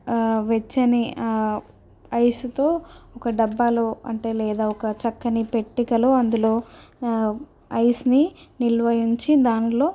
వెచ్చని ఐసుతో ఒక డబ్బాలో అంటే లేదా ఒక చక్కని పెట్టికలో అందులో ఐస్ని నిల్వ ఉంచి దానిలో